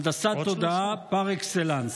הנדסת תודעה פר אקסלנס.